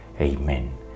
Amen